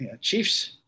Chiefs